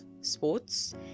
sports